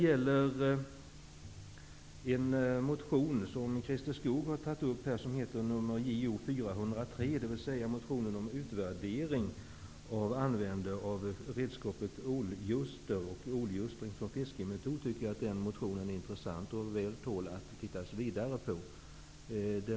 Christer Skoogs motion, Jo403, om utvärdering av ålljustring som fiskemetod, är intressant och tål att se vidare på.